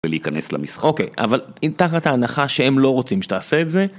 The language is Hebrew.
להיכנס למשחק אבל תחת ההנחה שהם לא רוצים שתעשה את זה.